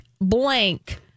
blank